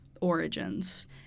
origins